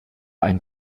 ein